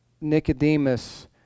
Nicodemus